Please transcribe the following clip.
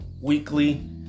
weekly